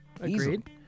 Agreed